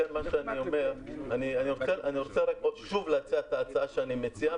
אני רוצה שוב להציע את ההצעה שאני מציע,